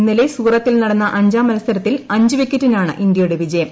ഇന്നലെ സൂറത്തിൽ നടന്ന അഞ്ചാം മൽസ്ത്രത്തിൽ അഞ്ച് വിക്കറ്റിനാണ് ഇന്ത്യയുടെ വിജയം